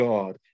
God